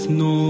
no